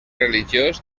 religiós